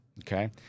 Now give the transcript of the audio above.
Okay